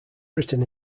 written